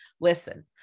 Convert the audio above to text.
listen